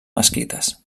mesquites